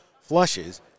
flushes